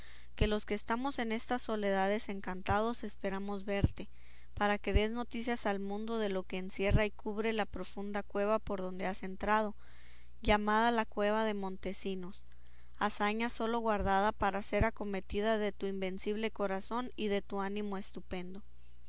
que los que estamos en estas soledades encantados esperamos verte para que des noticia al mundo de lo que encierra y cubre la profunda cueva por donde has entrado llamada la cueva de montesinos hazaña sólo guardada para ser acometida de tu invencible corazón y de tu ánimo stupendo